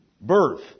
birth